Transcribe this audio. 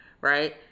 right